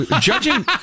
judging